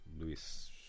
Luis